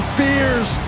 fears